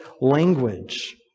language